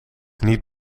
niet